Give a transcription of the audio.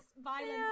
violence